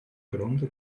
gronda